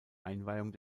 einweihung